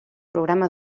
programa